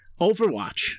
Overwatch